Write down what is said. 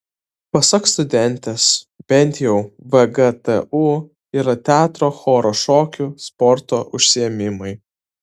pasak studentės bent jau vgtu yra teatro choro šokių sporto užsiėmimai